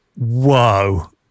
whoa